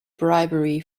bribery